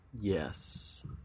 Yes